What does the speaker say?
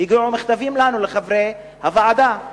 הגיעו מכתבים אלינו, אל חברי הוועדה.